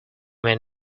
mean